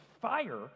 fire